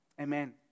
Amen